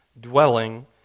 dwelling